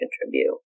contribute